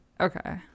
Okay